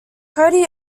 cody